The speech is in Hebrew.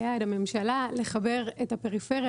ליעד הממשלה לחבר את הפריפריה.